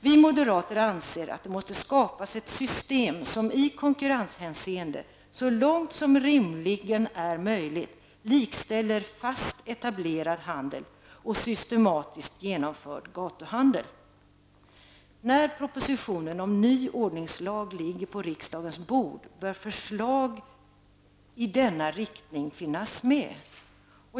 Vi moderater anser att det måste skapas ett system som i konkurrenshänseende så långt som rimligen är möjligt likställer fast etablerad handel och systematiskt genomförd gatuhandel. När propositionen om ny ordningslag ligger på riksdagens bord bör förslag i denna riktning finnas med.